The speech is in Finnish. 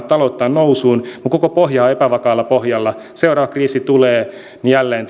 talouttaan nousuun mutta koko pohja on epävakaalla pohjalla seuraava kriisi kun tulee niin jälleen